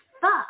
fuck